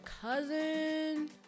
cousin